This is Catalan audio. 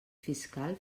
fiscal